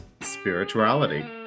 spirituality